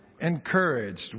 encouraged